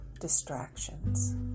distractions